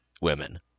women